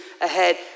ahead